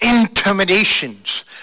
intimidations